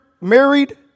married